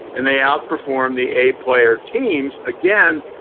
and they out perform the a player teams, again,